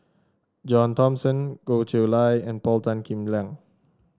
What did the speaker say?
John Thomson Goh Chiew Lye and Paul Tan Kim Liang